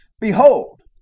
Behold